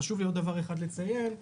חשוב לי לציין דבר נוסף,